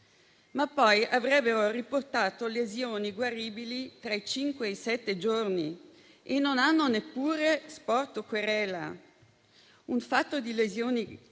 poi avrebbero riportato lesioni guaribili tra i cinque e i sette giorni e non hanno neppure sporto querela: un fatto di lesioni